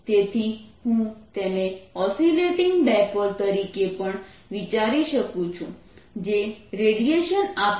તેથી હું તેને ઓસીલેટીંગ ડાયપોલ તરીકે પણ વિચારી શકું છું જે રેડિયેશન આપે છે